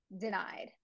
denied